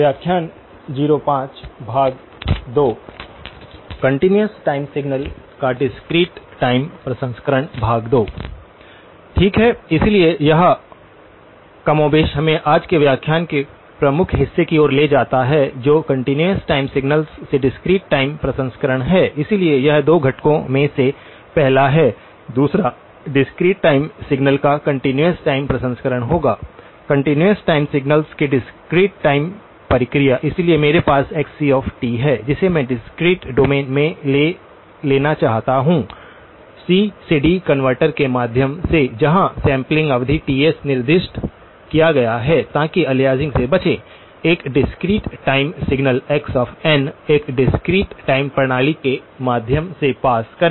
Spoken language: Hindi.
ठीक है इसलिए यह कमोबेश हमें आज के व्याख्यान के प्रमुख हिस्से की ओर ले जाता है जो कंटीन्यूअस टाइम सिग्नल्स के डिस्क्रीट टाइम प्रसंस्करण है इसलिए यह 2 घटकों में से पहला है दूसरा डिस्क्रीट टाइम सिग्नल्स का कंटीन्यूअस टाइम प्रसंस्करण होगा कंकंटीन्यूअस टाइम सिग्नल्स के डिस्क्रीट टाइम प्रक्रिया इसलिए मेरे पास xc है जिसे मैं डिस्क्रीट डोमेन में लेना चाहता हूं सी से डी कनवर्टर के माध्यम सेजहा सैंपलिंग अवधि Ts निर्दिष्ट किया गया है ताकि अलियासिंग से बचे एक डिस्क्रीट टाइम सिग्नल xn एक डिस्क्रीट टाइम प्रणाली के माध्यम से पास करें